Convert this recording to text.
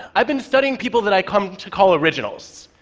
i've been studying people that i come to call originals.